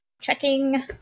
Checking